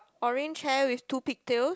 orange hair with two pigtails